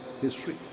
history